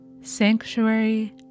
sanctuary